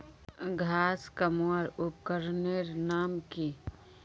घांस कमवार उपकरनेर नाम की?